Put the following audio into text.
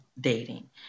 dating